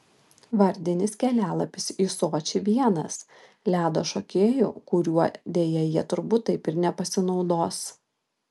vardinis kelialapis į sočį vienas ledo šokėjų kuriuo deja jie turbūt taip ir nepasinaudos